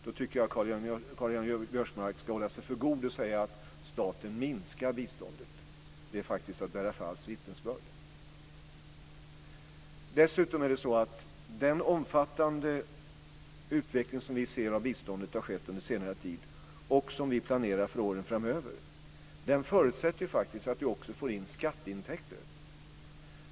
Då tycker jag att Karl-Göran Biörsmark ska hålla sig för god för att säga att staten minskar biståndet. Det är att bära falskt vittnesbörd. Dessutom har det skett en omfattande utveckling av biståndet under senare tid, och det är också vad vi planerar för åren framöver. Det förutsätter att vi får in skatteintäkter.